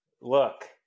Look